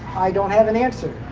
i don't have an answer.